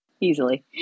easily